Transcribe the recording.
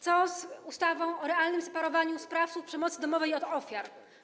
Co z ustawą o realnym separowaniu sprawców przemocy domowej od ofiar?